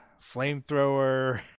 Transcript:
flamethrower